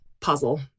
puzzle